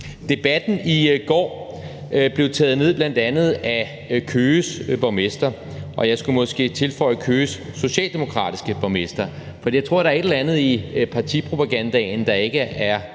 Debatten i går blev bl.a. taget ned af Køges borgmester, og jeg skal måske tilføje: Køges socialdemokratiske borgmester. Så jeg tror, der er et eller andet i partipropagandaen, der ikke er